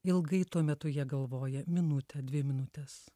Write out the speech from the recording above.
ilgai tuo metu jie galvoja minutę dvi minutes